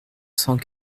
cent